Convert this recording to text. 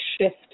shift